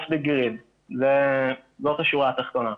זאת השורה התחתונה.